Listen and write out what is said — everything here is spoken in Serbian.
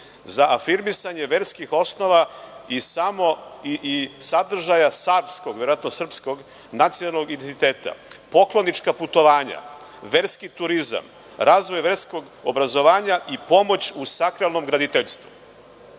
za afirmisanje verskih osnova i sadržaja savskog, verovatno srpskog nacionalnog identiteta, poklonička putovanja, verski turizam, razvoj verskog obrazovanja i pomoć u sakralnom graditeljstvu. Ja